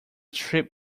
trip